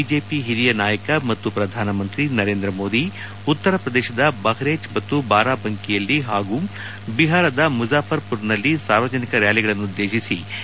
BJP ಹಿರಿಯ ನಾಯಕ ಮತ್ತು ಪ್ರಧಾನಮಂತ್ರಿ ನರೇಂದ್ರ ಮೋದಿ ಉತ್ತರ ಪ್ರದೇಶದ ಬಹ್ರೈಚ್ ಮತ್ತು ಬಾರಾಬಂಕಿಯಲ್ಲಿ ಹಾಗೂ ಬಿಹಾರದ ಮುಝಾಫರ್ ಪುರ್ನಲ್ಲಿ ಸಾರ್ವಜನಿಕ ರ್ಹಾಲಿಗಳನ್ನುದ್ದೇಶಿ ನಿನ್ನೆ ಭಾಷಣ ಮಾಡಿದರು